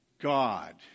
God